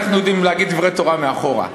אנחנו יודעים להגיד דברי תורה מאחורה.